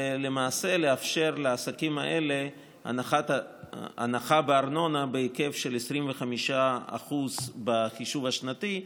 ולמעשה לאפשר לעסקים האלה הנחה בארנונה בהיקף של 25% בחישוב השנתי,